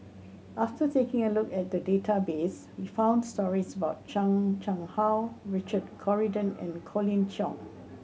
after taking a look at the database we found stories about Chan Chang How Richard Corridon and Colin Cheong